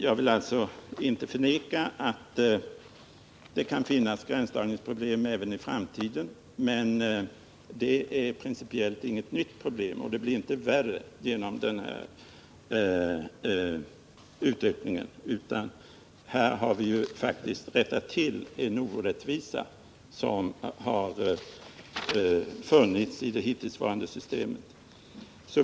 Jag vill alltså inte förneka att det kan uppstå gränsdragningsproblem även i framtiden, men det är principiellt inget nytt problem och det blir inte värre genom denna utvidgning. Här har vi faktiskt rättat till en orättvisa som har funnits i det hittillsvarande systemet.